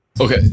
Okay